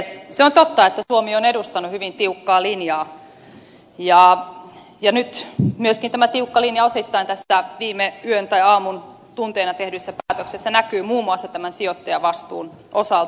se on totta että suomi on edustanut hyvin tiukkaa linjaa ja nyt myöskin tämä tiukka linja osittain tässä viime yön tai aamun tunteina tehdyssä päätöksessä näkyy muun muassa tämän sijoittajavastuun osalta